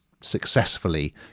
successfully